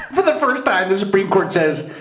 for the first time, the supreme court says,